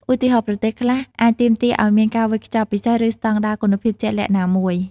ឧទាហរណ៍ ប្រទេសខ្លះអាចទាមទារឲ្យមានការវេចខ្ចប់ពិសេស ឬស្តង់ដារគុណភាពជាក់លាក់ណាមួយ។